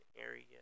area